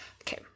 Okay